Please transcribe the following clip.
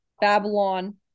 Babylon